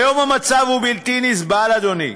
כיום המצב הוא בלתי נסבל, אדוני,